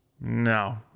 No